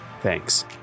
Thanks